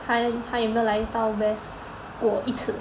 他她有没有来到 west 过一次